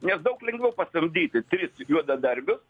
nes daug lengviau pasamdyti tris juodadarbius